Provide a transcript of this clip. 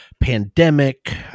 pandemic